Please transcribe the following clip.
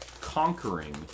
conquering